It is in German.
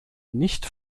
nicht